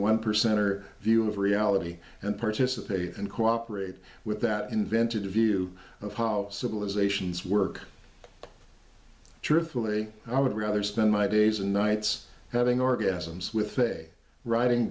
one percenter view of reality and participate and cooperate with that invented a view of how civilizations work truthfully i would rather spend my days and nights having orgasms with a writing